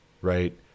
right